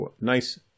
nice